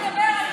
על מה אתה מדבר?